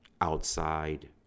outside